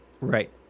Right